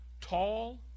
tall